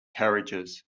carriages